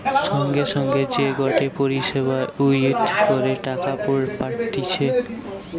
সঙ্গে সঙ্গে যে গটে পরিষেবা ইউজ করে টাকা পাঠতিছে